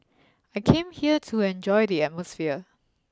I came here to enjoy the atmosphere